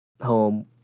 home